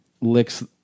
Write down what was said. licks